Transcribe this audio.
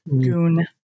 Goon